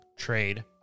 trade